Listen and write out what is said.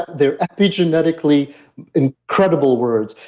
their epigenetically incredible words.